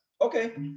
Okay